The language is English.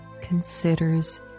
considers